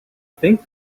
think